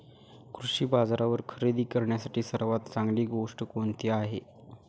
कृषी बाजारावर खरेदी करण्यासाठी सर्वात चांगली गोष्ट कोणती आहे?